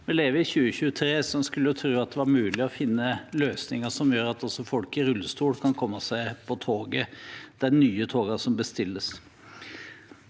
vi lever i 2023, så en skulle tro at det var mulig å finne løsninger som gjør at også folk i rullestol kan komme seg på de nye togene som bestilles.